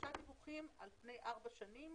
שלושה דיווחים על פני ארבע שנים